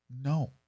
No